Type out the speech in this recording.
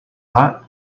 hot